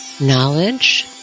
knowledge